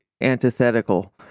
antithetical